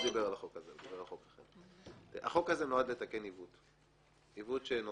לייצר עשייה כמה שיותר גדולה וברוכה למען העיר שאתה חי בה,